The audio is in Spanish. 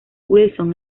wilson